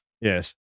Yes